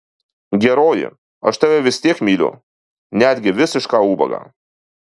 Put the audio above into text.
geroji aš tave vis tiek myliu netgi visišką ubagą